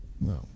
No